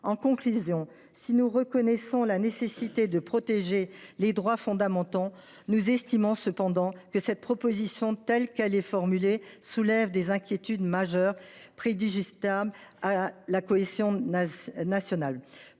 En conclusion, si nous reconnaissons la nécessité de protéger les droits fondamentaux, nous estimons cependant que cette proposition, telle qu’elle est formulée, soulève des inquiétudes majeures de nature à porter préjudice à la cohésion nationale.